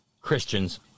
Christians